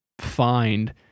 find